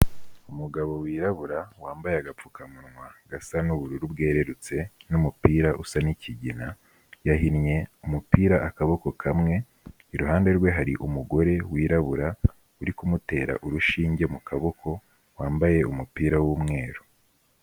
Umugabo wirabura wambaye agapfukamunwa gasa n'ubururu bwerurutse n'umupira usa n'ikigina, yahinnye umupira akaboko kamwe, iruhande rwe hari umugore wirabura uri kumutera urushinge mu kaboko wambaye umupira w'umweru.